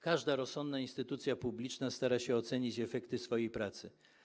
Każda rozsądna instytucja publiczna stara się oceniać efekty swojej pracy.